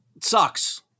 sucks